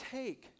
take